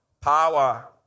power